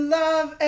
love